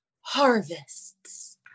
harvests